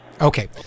Okay